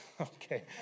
Okay